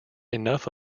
enough